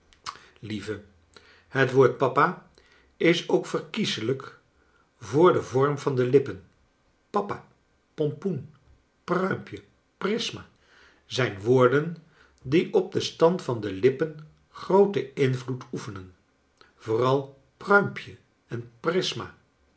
lieve kleine dorrit hot woord papa is ook verkieslijk voor den vorua van de lippen papa pompoen pruimpje prisma zijn woorden die op den stand van de lippen grooten invloed eefenen vooral pruimpje en prisma